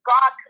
God